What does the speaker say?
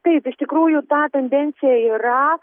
taip iš tikrųjų ta tendencija yra